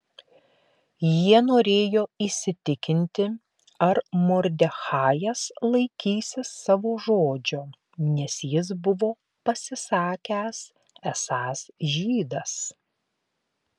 jie norėjo įsitikinti ar mordechajas laikysis savo žodžio nes jis buvo pasisakęs esąs žydas